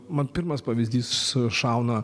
man pirmas pavyzdys šauna